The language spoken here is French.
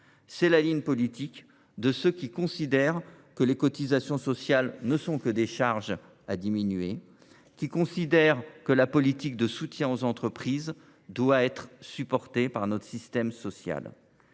C’est la ligne politique de ceux qui considèrent que les cotisations sociales ne sont que des charges à diminuer et que la politique de soutien aux entreprises doit être supportée par notre système social.